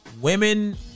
women